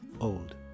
old